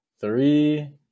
three